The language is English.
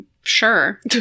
Sure